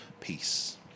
peace